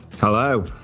Hello